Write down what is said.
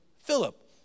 Philip